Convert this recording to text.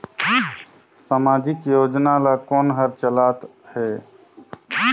समाजिक योजना ला कोन हर चलाथ हे?